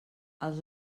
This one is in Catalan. els